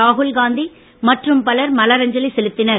ராகுல்காந்தி மற்றும் பலர் மலரஞ்சலி செலுத்தினர்